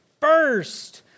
first